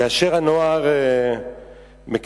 כאשר הנוער מקבל,